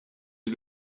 est